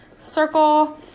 circle